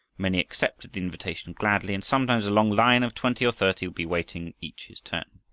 many accepted the invitation gladly and sometimes a long line of twenty or thirty be waiting, each his turn.